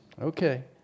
Okay